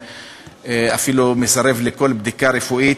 אפילו מסרב לכל בדיקה רפואית.